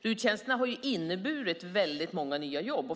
RUT-tjänsterna har ju inneburit väldigt många nya jobb.